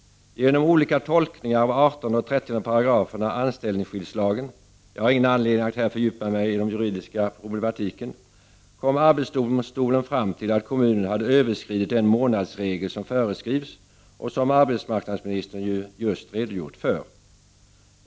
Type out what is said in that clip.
Genom olika tolkningar av 18 och 30 §§ anställningsskyddslagen — jag har ingen anledning att här fördjupa mig i den juridiska problematiken — kom arbetsdomstolen fram till att kommunen hade överskridit den månadsregel som föreskrivs och som arbetsmarknadsministern just redogjort för.